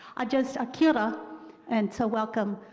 i just ah keora and so welcome.